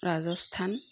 Rajasthan